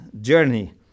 journey